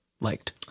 liked